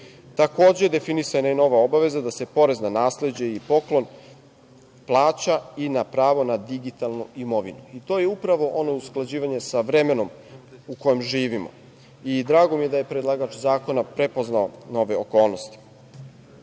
definisana je i nova obaveza, da se porez na nasleđe i poklon plaća i na pravo na digitalnu imovinu. To je upravo ono usklađivanje sa vremenom u kojem živimo. Drago mi je da je predlagač zakona prepoznao nove